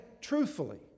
truthfully